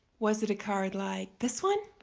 was it a card like this one?